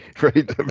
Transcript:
right